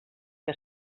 que